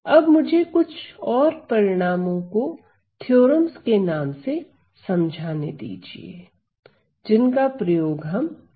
अब मुझे कुछ और परिणामों को थ्योरम्स के नाम से समझाने दीजिए जिनका प्रयोग हम आगे करेंगे